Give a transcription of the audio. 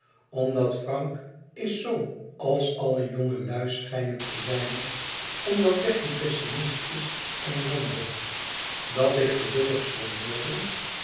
omdat frank is zoo als alle jongelui schijnen te zijn omdat bertie pessimist is en wanhoopt dat ik gelukkig zal worden